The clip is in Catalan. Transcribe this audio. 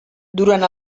durant